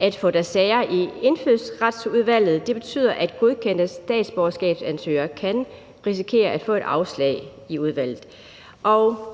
at få deres sager i Indfødsretsudvalget. Det betyder, at godkendte statsborgerskabsansøgere kan risikere at få et afslag i udvalget.